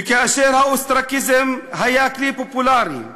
וכאשר האוסטרקיזם היה כלי פופולרי,